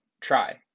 try